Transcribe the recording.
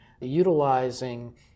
utilizing